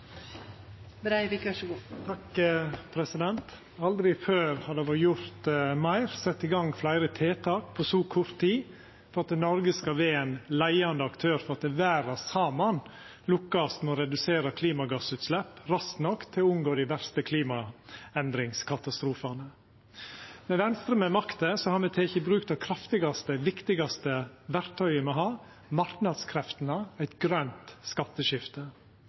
tiltak på så kort tid for at Noreg skal vera ein leiande aktør for at verda saman skal lukkast med å redusera klimagassutslepp raskt nok til å unngå dei verste klimaendringskatastrofane. Med Venstre ved makta har me teke i bruk det kraftigaste og viktigaste verktøyet me har, marknadskreftene – eit grønt skatteskifte